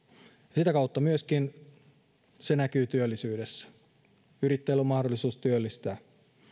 sitä kautta myöskin se näkyy työllisyydessä yrittäjillä on mahdollisuus työllistää